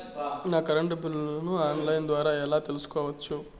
నా కరెంటు బిల్లులను online ద్వారా ఎలా తెలుసుకోవచ్చు?